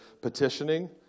petitioning